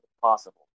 possible